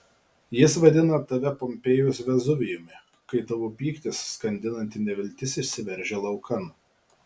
jis vadina tave pompėjos vezuvijumi kai tavo pyktis skandinanti neviltis išsiveržia laukan